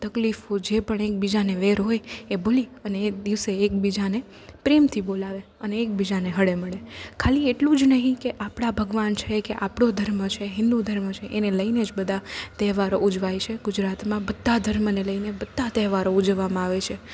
તકલીફો જે પણ એકબીજાને વેર હોય એ ભૂલી અને એ દિવસે એકબીજાને પ્રેમથી બોલાવે અને એકબીજાને હળે મળે ખાલી એટલું જ નહીં કે આપણા ભગવાન છે કે આપણો ધર્મ છે હિન્દુ ધર્મ છે એને લઈને જ બધા તહેવારો ઉજવાય છે ગુજરાતમાં બધા ધર્મને લઈને બધા તહેવારો ઉજવવામાં આવે છે